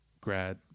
grad